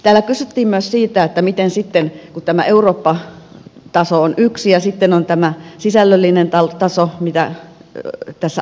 täällä kysyttiin myös siitä että miten sitten kun tämä eurooppa taso on yksi ja sitten on tämä sisällöllinen taso mitä tässä aloitteessakin esitetään